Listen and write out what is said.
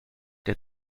der